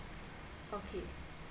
okay